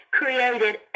created